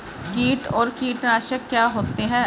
कीट और कीटनाशक क्या होते हैं?